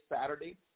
Saturday